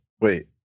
Wait